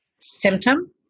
symptom